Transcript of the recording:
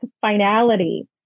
finality